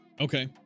Okay